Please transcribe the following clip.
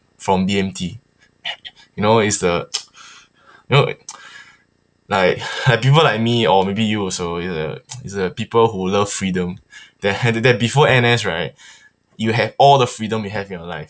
from B_M_T you know it's the you know like uh people like me or maybe you also is the is the people who love freedom then have it that before N_S right you have all the freedom you have in your life